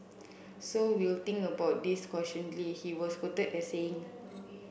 so we'll think about this cautiously he was quoted as saying